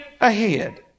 ahead